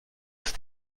ist